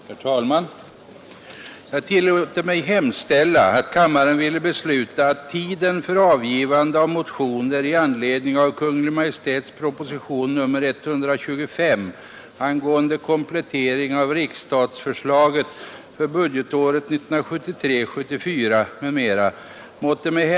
Herr talman! Jag tillåter mig hemställa, att kammaren ville besluta, att tiden för avgivande av motioner i anledning av Kungl. Maj:ts proposition nr 125 ang. komplettering av riksstatsförslaget för budgetåret 1973/74,